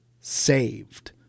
saved